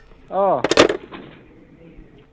ꯑꯧ